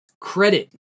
credit